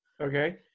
Okay